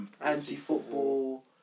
anti-football